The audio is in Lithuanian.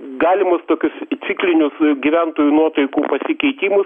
galimus tokius ciklinius gyventojų nuotaikų pasikeitimus